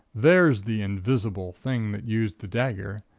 there's the invisible thing that used the dagger,